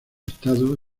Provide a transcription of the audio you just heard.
estado